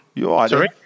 Sorry